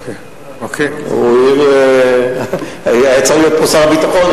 היה צריך להיות פה שר הביטחון,